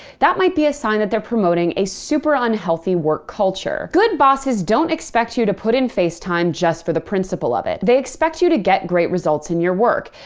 that might be a sign that they're promoting a super unhealthy work culture. good bosses don't expect you to put in face time just for the principle of it. they expect you to get great results in your work.